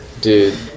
Dude